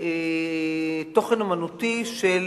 בתוכן אמנותי של